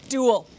Duel